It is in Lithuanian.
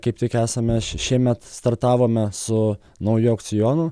kaip tik esame šiemet startavome su nauju aukcionu